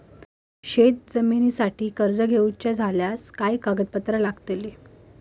शेत जमिनीवर कर्ज घेऊचा झाल्यास काय कागदपत्र लागतली?